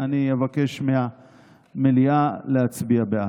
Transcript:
אני אבקש מהמליאה להצביע בעד.